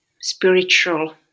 spiritual